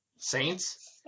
Saints